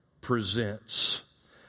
presents